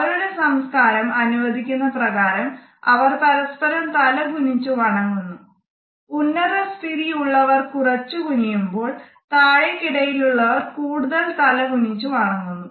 അവരുടെ സംസ്കാരം അനുവദിക്കുന്ന പ്രകാരം അവർ പരസ്പരം തല കുനിച്ച് വണങ്ങുന്നു ഉന്നത സ്ഥിതി ഉളളവർ കുറച്ച് കുനിയുമ്പോൾ താഴെക്കിടയിൽ ഉളളവർ കൂടുതൽ തല കുനിച്ച് വണങ്ങുന്നു